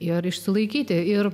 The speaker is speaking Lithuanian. ir išsilaikyti ir